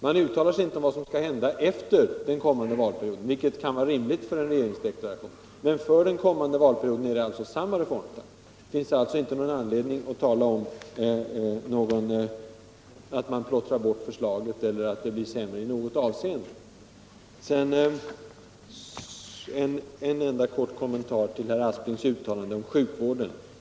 Man uttalar sig inte om vad som skall hända efter den kommande valperioden, vilket kan vara rimligt i en regeringsdeklaration, men under innevarande valperiod är det alltså samma reformtakt. Sedan en enda kort kommentar till herr Asplings uttalande om sjukvården.